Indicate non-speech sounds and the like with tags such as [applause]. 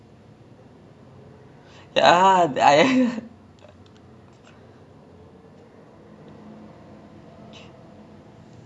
ya of course because err the most of the neighbours ya [laughs] they like in our particular floor we have like a birthday roster so we we pin it on the one of the walls there